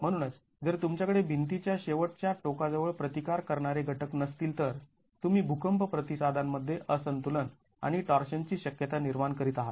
म्हणूनच जर तुमच्याकडे भिंती च्या शेवटच्या टोका जवळ प्रतिकार करणारे घटक नसतील तर तुम्ही भूकंप प्रतिसादांमध्ये असंतुलन आणि टॉर्शनची शक्यता निर्माण करीत आहात